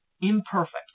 imperfect